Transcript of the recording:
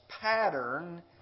pattern